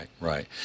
Right